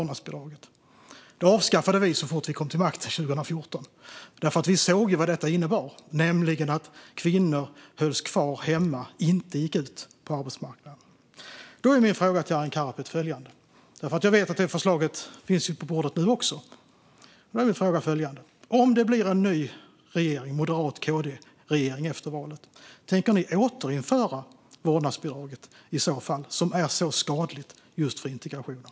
Det avskaffade vi så fort vi kom till makten 2014, för vi såg vad det innebar, nämligen att kvinnor hölls kvar hemma och inte gick ut på arbetsmarknaden. Jag vet att förslaget finns på bordet nu också, och min fråga till Arin Karapet är följande: Om det blir en ny regering med Moderaterna och KD efter valet, tänker ni i så fall återinföra vårdnadsbidraget, som är skadligt för integrationen?